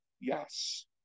Yes